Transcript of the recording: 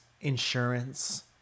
insurance